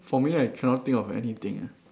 for me I cannot think of anything eh